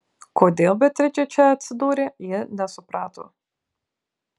kodėl beatričė čia atsidūrė ji nesuprato